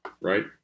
right